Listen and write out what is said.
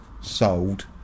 sold